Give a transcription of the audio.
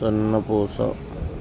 వెన్న పూస